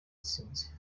atsinze